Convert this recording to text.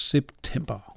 September